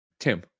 tim